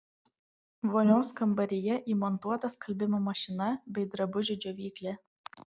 vonios kambaryje įmontuota skalbimo mašina bei drabužių džiovyklė